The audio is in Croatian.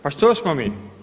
Pa što smo mi?